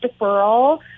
deferral